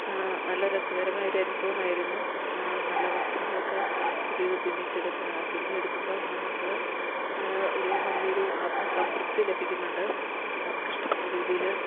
നല്ല രസകരമായ ഒരനുഭാവമായിരുന്നു നല്ല വസ്ത്രങ്ങളൊക്കെ പുതിയത് തുന്നിച്ചെടു തുന്നിയെട്ക്കുമ്പം നമുക്ക് ഒരു നല്ലൊരു ആത്മസംതൃപ്തി ലഭിക്കുന്നുണ്ട് നമുക്കിഷ്ടപ്പെട്ട രീതിയില്